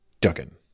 Duggan